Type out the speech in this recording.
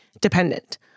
dependent